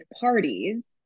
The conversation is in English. parties